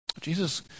Jesus